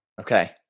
Okay